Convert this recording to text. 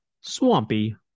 Swampy